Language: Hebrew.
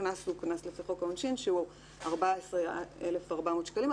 הקנס הוא קנס לפי חוק העונשין שהוא 14,400 שקלים,